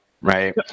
right